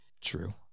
True